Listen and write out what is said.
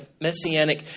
messianic